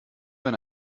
wenn